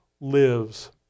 lives